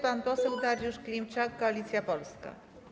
Pan poseł Dariusz Klimczak, Koalicja Polska.